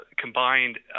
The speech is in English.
combined